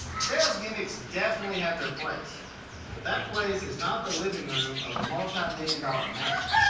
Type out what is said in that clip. sales gimmicks definitely have their place, but that place is not the living room of a multi-million dollar mansion.